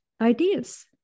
ideas